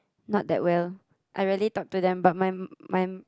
not that well I rarely talk to them but my my